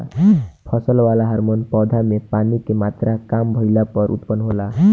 फसल वाला हॉर्मोन पौधा में पानी के मात्रा काम भईला पर उत्पन्न होला